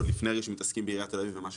עוד לפני שמתעסקים בעיריית תל אביב ובמה שקרה.